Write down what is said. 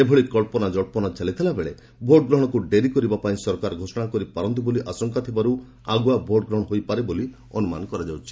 ଏଭଳି କ୍ସବନାଜଜ୍ଞନା ଚାଲିଥିଲାବେଳେ ଭୋଟଗ୍ରହଣକୁ ଡେରି କରିବା ପାଇଁ ସରକାର ଘୋଷଣା କରିପାରନ୍ତି ବୋଲି ଆଶଙ୍କା ଥିବାରୁ ଆଗୁଆ ଭୋଟଗ୍ରହଣ ହୋଇପାରେ ବୋଲି ଅନୁମାନ କରାଯାଉଛି